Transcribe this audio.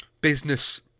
business